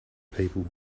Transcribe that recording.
people